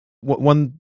one